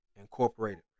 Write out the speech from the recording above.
Incorporated